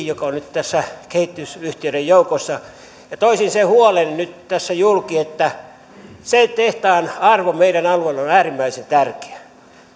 joka on nyt tässä kehitysyhtiöiden joukossa ja toisin sen huolen nyt tässä julki että sen tehtaan arvo meidän alueelle on äärimmäisen tärkeä